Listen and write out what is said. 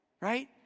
right